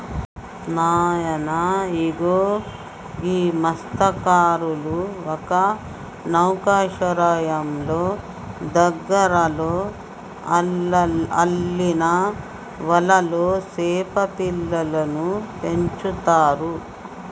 నాయన ఇగో గీ మస్త్యకారులు ఒక నౌకశ్రయంలో దగ్గరలో అల్లిన వలలో సేప పిల్లలను పెంచుతారు